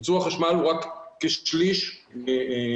ייצור החשמל הוא רק כשליש מהאנרגיה.